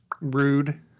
Rude